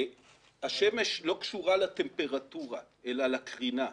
השמש לא קשורה לטמפרטורה אלא לקרינה.